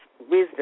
wisdom